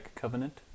Covenant